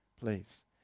please